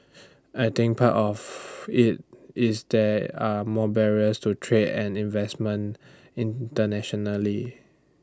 I think part of IT is there are more barriers to trade and investment internationally